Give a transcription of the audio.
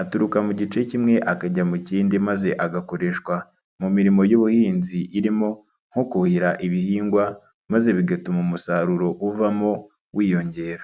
aturuka mu gice kimwe akajya mu kindi maze agakoreshwa mu mirimo y'ubuhinzi irimo; nko kuhira ibihingwa maze bigatuma umusaruro uvamo wiyongera.